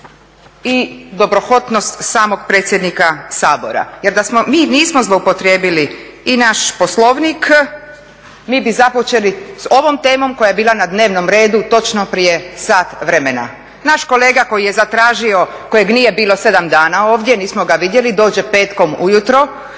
i dobrohotnost samog predsjednika Sabora. Jer da smo mi, mi nismo zloupotrijebili i naš Poslovnik, mi bi započeli s ovom temom koja je bila na dnevnom redu točno prije sat vremena. Naš kolega koji je zatražio, kojeg nije bilo sedam dana ovdje, nismo ga vidjeli, dođe petkom ujutro.